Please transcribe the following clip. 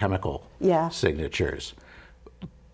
chemical yeah signatures